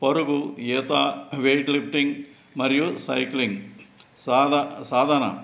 పరుగు ఈత weight lifting మరియు సైక్లింగ్ సాధ సాధన